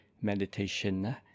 meditation